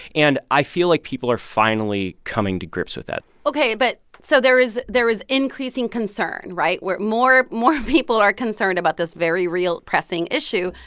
and i feel like people are finally coming to grips with that ok. but so there is there is increasing concern right? where more more people are concerned about this very real, pressing issue.